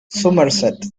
somerset